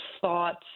thoughts